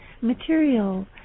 material